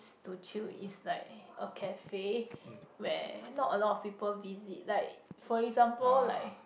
to chill is like a cafe where not a lot of people visit like for example like